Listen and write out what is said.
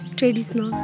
traditional